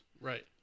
right